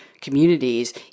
communities